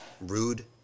rude